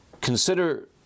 Consider